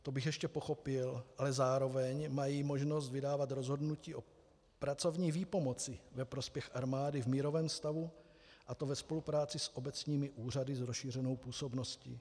To bych ještě pochopil, ale zároveň mají možnost vydávat rozhodnutí o pracovní výpomoci ve prospěch armády v mírovém stavu, a to ve spolupráci s obecními úřady s rozšířenou působností.